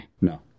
No